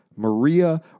Maria